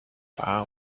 bar